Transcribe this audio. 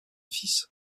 fils